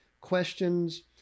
questions